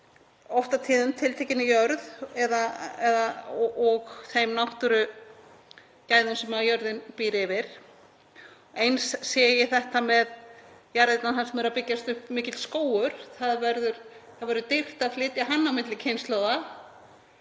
oft og tíðum bundinn tiltekinni jörð og þeim náttúrugæðum sem jörðin býr yfir. Eins sé ég þetta með jarðirnar; þar sem er að byggjast upp mikill skógur þá verður dýrt að flytja hann á milli kynslóða